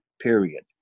period